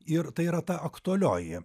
ir tai yra ta aktualioji